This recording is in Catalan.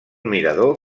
mirador